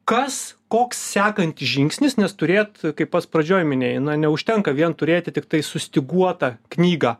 kas koks sekantis žingsnis nes turėt kaip pats pradžioje minėjai neužtenka vien turėti tiktai sustyguotą knygą